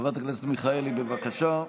חברת הכנסת מיכאלי, בבקשה.